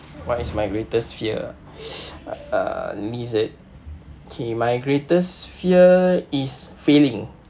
what is my greatest fear uh lizard K my greatest fear is failing